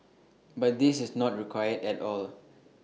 but this is not required at all